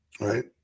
Right